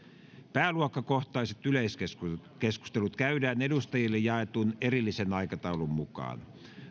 pääluokkakohtaiset yleiskeskustelut käydään edustajille jaetun erillisen aikataulun mukaan